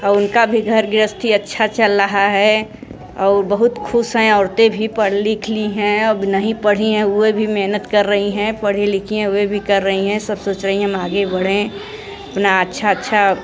और उनका भी घर गृहस्थी अच्छा चल रहा है और बहुत खुश हैं औरतें भी पढ़ लिख लीं हैं अब नहीं पढ़ी हैं वे भी मेहनत कर रहीं हैं पढ़ी लिखी हैं वे भी कर रही हैं सब सोच रही हम आगे बढ़ें अपना अच्छा अच्छा